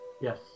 Yes